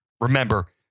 Remember